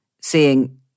seeing